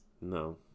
No